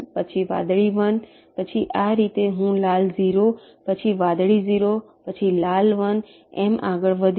પછી વાદળી 1 પછી આ રીતે હું લાલ 0 પછી વાદળી 0 પછી લાલ 1 એમ આગળ વધીશ